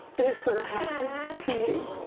it is going to happen to you.